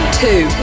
two